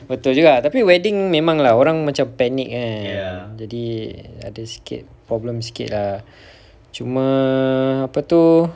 betul juga tapi wedding memang ah orang macam panic kan jadi ada sikit problem sikit lah cuma apa tu